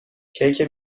کیک